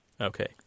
Okay